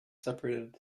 separated